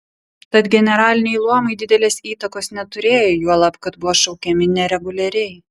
tad generaliniai luomai didelės įtakos neturėjo juolab kad buvo šaukiami nereguliariai